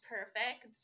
Perfect